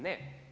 Ne.